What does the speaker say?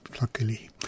Luckily